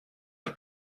der